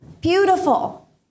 beautiful